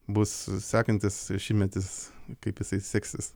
bus sekantis šimtmetis kaip jisai seksis